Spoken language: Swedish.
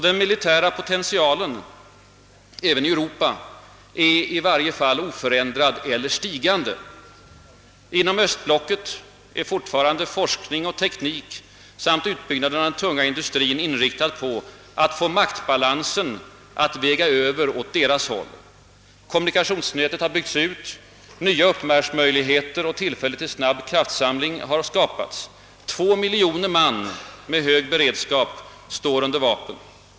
Den militära potentialen är även i Europa oförändrad eller stigande. Inom östblocket är fortfarande forskning och teknik samt utbyggnaden av den tunga industrin inriktade på att få maktbalansen att väga över åt deras håll. Kommunikationsnätet har byggts ut, nya uppmarschmöjligheter och tillfälle till snabb kraftsamling har skapats. Två miljoner man med hög beredskap står under vapen.